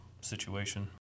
situation